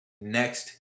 next